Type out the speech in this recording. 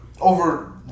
Over